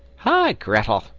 hi, grettel,